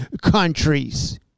countries